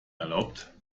erlaubt